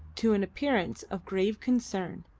to an appearance of grave concern.